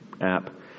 app